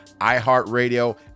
iHeartRadio